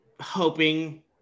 hoping